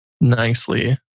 nicely